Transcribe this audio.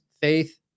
faith